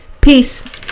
Peace